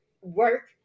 work